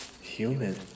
human